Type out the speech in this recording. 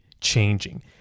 changing